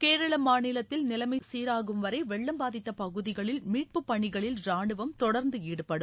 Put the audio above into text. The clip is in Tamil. கேரள மாநிலத்தில் நிலைமை சீராகும்வரை வெள்ளம் பாதித்த பகுதிகளில் மீட்புப் பணிகளில் ராணுவம் தொடர்ந்து ஈடுபடும்